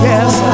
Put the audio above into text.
Yes